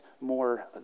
more